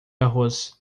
arroz